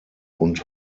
und